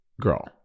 Girl